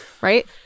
right